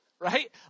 Right